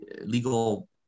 legal